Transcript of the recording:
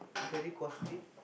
very costly